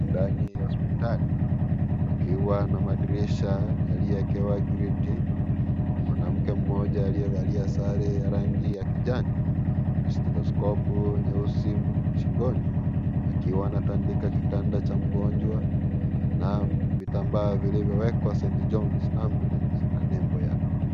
Ndani ya hospitali pakiwa na madirisha yaliyowekewa giriti ,mwanamke mmoja aliyevalia sare ya kijani na stetosikopu nyusi shingoni akiwa anatandika kitanda cha mgonjwa na vitambaa vilivyowekwa st jones ambulance na nembo yake.